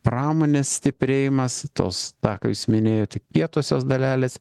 pramonės stiprėjimas tos ta ką jūs minėjote kietosios dalelės